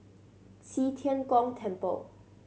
Qi Tian Gong Temple